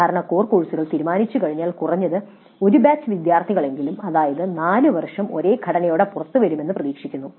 സാധാരണ കോർ കോഴ്സുകൾ തീരുമാനിച്ചുകഴിഞ്ഞാൽ കുറഞ്ഞത് ഒരു ബാച്ച് വിദ്യാർത്ഥികളെങ്കിലും അതായത് നാല് വർഷം ഒരേ ഘടനയോടെ പുറത്തുവരുമെന്ന് പ്രതീക്ഷിക്കുന്നു